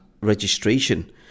registration